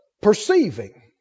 perceiving